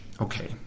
okay